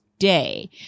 day